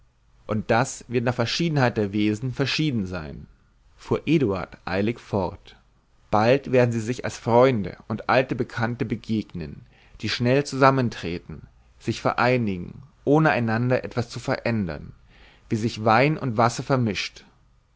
und das wird nach verschiedenheit der wesen verschieden sein fuhr eduard eilig fort bald werden sie sich als freunde und alte bekannte begegnen die schnell zusammentreten sich vereinigen ohne aneinander etwas zu verändern wie sich wein mit wasser vermischt